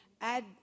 add